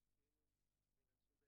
יש תכניות חדשות,